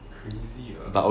crazy err